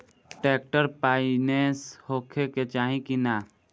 Tractor पाईनेस होखे के चाही कि ना?